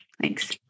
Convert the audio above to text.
Thanks